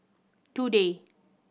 today